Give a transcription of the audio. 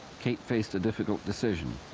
kate faced a difficult decision,